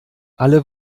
alle